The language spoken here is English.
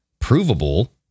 provable